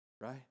Right